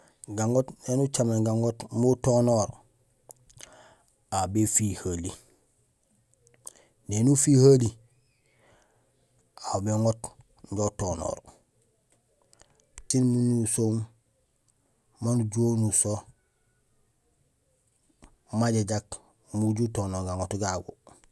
Gaŋoot éni ucaméén gaŋoot umbi utonoor, aw béfihohali, néni ufihoheli, aw béŋoot injo utonoor tiin munusohum maan ujuhé unuso majajaak imbi uju utonoor gaŋoot gagu.